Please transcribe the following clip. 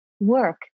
work